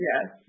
yes